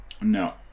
No